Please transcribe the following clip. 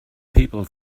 people